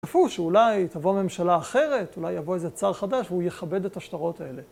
יפוש, אולי תבוא ממשלה אחרת, אולי יבוא איזה צאר חדש והוא יכבד את השטרות האלה.